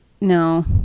no